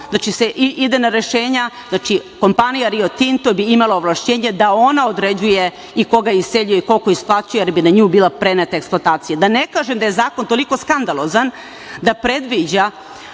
znači, adhok, znači kompanija Rio Tinto imala bi ovlašćenje da ona određuje i koga izseljuje i koliko isplaćuje, jer bi na nju bila preneta eksploatacija. Da ne kažem da je zakon toliko skandalozan da predviđa